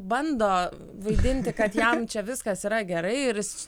bando vaidinti kad jam čia viskas yra gerai ir jis